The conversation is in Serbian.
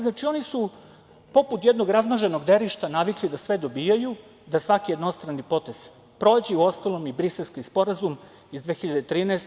Znači, oni su poput jednog razmaženog derišta navikli da sve dobijaju, da svaki jednostrani potez prođe, uostalom i Briselski sporazum iz 2013.